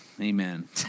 amen